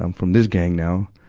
um from this gang now.